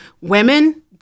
women